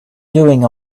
doing